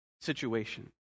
situation